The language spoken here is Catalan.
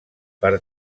per